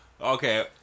Okay